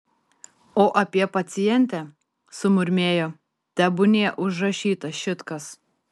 o apie pacientę sumurmėjo tebūnie užrašyta šit kas